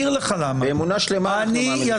באמונה שלמה אנחנו מאמינים.